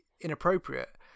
inappropriate